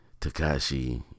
Takashi